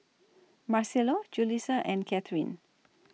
Marcelo Julisa and Katherin